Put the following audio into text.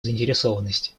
заинтересованности